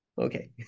Okay